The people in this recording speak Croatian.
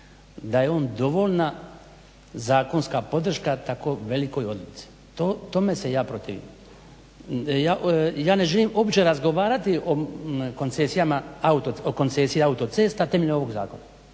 da je on dovoljna zakonska podrška tako velikoj odluci. Tome se ja protiv. Ja ne želim uopće razgovarati o koncesiji autocesta temeljem ovog zakona.